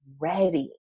ready